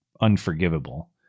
unforgivable